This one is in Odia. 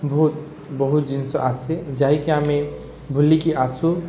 ବହୁତ ବହୁତ ଜିନିଷ ଆସେ ଯାଇ କି ଆମେ ବୁଲି କି ଆସୁ